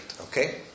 Okay